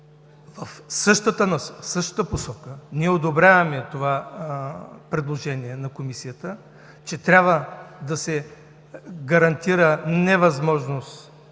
в същата посока. Не одобряваме предложението на Комисията, че трябва да се гарантира невъзможност